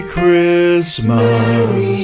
Christmas